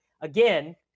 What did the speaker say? again